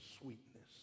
sweetness